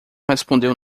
respondeu